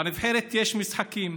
לנבחרת יש משחקים,